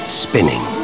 spinning